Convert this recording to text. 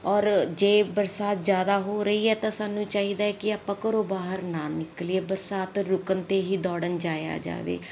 ਔਰ ਜੇ ਬਰਸਾਤ ਜ਼ਿਆਦਾ ਹੋ ਰਹੀ ਹੈ ਤਾਂ ਸਾਨੂੰ ਚਾਹੀਦਾ ਕਿ ਆਪਾਂ ਘਰੋਂ ਬਾਹਰ ਨਾ ਨਿਕਲੀਏ ਬਰਸਾਤ ਰੁਕਣ 'ਤੇ ਹੀ ਦੌੜਨ ਜਾਇਆ ਜਾਵੇ